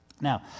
Now